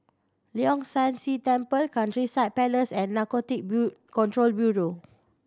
Leong San See Temple Countryside Place and Narcotics Control Bureau